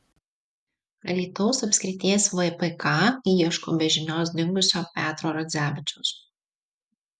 alytaus apskrities vpk ieško be žinios dingusio petro radzevičiaus